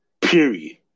period